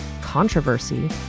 controversy